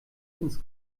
ins